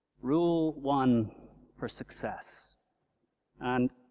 rule one for success and